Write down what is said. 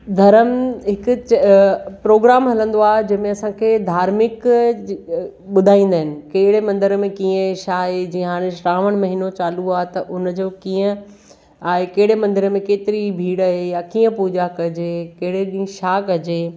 धरम हिकु प्रोग्राम हलंदो आहे जंहिंमें असांखे धार्मिक ॿुधाईंदा आहिनि कहिड़े मंदर में कीअं छा आहे जीअं हाणे श्रावण महीनो चालू आहे त उन जो कीअं आहे कहिड़े मंदर में केतिरी भीड़ आहे या कीअं पूॼा कजे कहिड़े ॾींहुं छा कजे